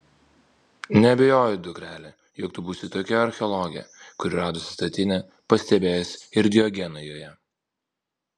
neabejoju dukrele jog tu būsi tokia archeologė kuri radusi statinę pastebės ir diogeną joje